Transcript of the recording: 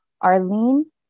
Arlene